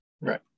Right